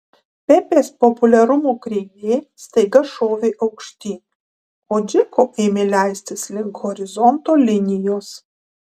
pepės populiarumo kreivė staiga šovė aukštyn o džeko ėmė leistis link horizonto linijos